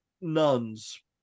nuns